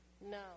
No